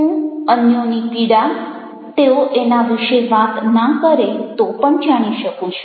હું અન્યોની પીડા તેઓ એના વિશે વાત ના કરે તો પણ જાણી શકું છું